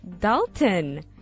Dalton